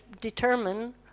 determine